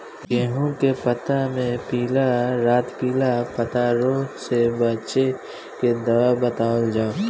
गेहूँ के पता मे पिला रातपिला पतारोग से बचें के दवा बतावल जाव?